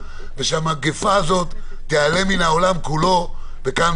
ושהמגפה הזאת תיעלם מן העולם כולו וכאן,